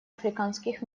африканских